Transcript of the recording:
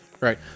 Right